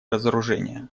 разоружения